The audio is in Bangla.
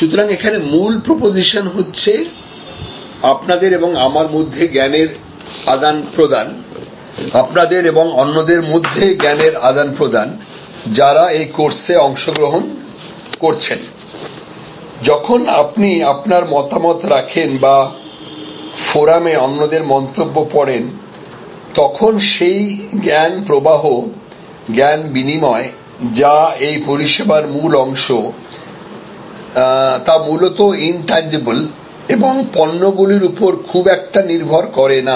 সুতরাং এখানে মূল প্রপজিশন হচ্ছে আপনাদের এবং আমার মধ্যে জ্ঞানের আদান প্রদান আপনাদের এবং অন্যদের মধ্যে জ্ঞানের আদান প্রদান যারা এই কোর্সে অংশগ্রহণ করছেন যখন আপনি আপনার মতামত রাখেন বা ফোরামে অন্যদের মন্তব্য পড়েন তখন সেই জ্ঞান প্রবাহ জ্ঞান বিনিময় যা এই পরিষেবার মূল অংশ তা মূলত ইনট্যানজিবল এবং পণ্যগুলির উপর খুব একটা নির্ভর করে না